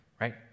Right